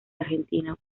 argentino